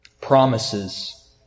promises